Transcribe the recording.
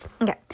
okay